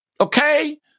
Okay